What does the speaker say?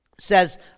says